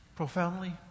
Profoundly